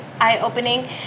eye-opening